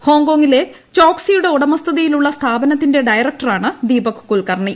ഹോങ്കോങിലെ ചോക്സിയുടെ ഉടമസ്ഥതയിലുള്ള സ്ഥാപനത്തിന്റെ ഡയറക്ടറാണ് ദീപക് കുൽക്കർണി